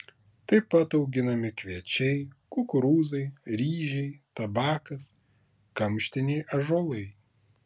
tai pat auginami kviečiai kukurūzai ryžiai tabakas kamštiniai ąžuolai